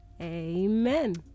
Amen